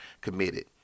committed